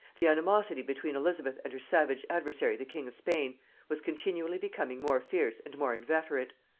the animosity between elizabeth and her savage adversary the king of spain was continually becoming more fierce and more inveterate.